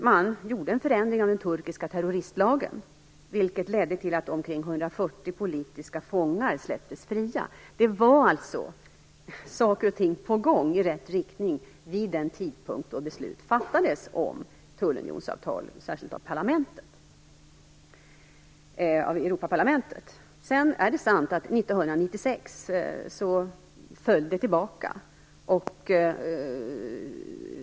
Man gjorde en förändring av den turkiska terroristlagen, vilket ledde till att omkring 140 politiska fångar släpptes fria. Det var alltså saker och ting på gång i rätt riktning vid den tidpunkt då beslut fattades om tullunionsavtalet av Europaparlamentet. Det är sant att det blev en tillbakagång 1996.